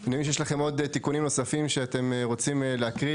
אני מבין שיש לכם עוד תיקונים נוספים שאתם רוצים להקריא,